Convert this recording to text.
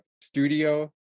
studio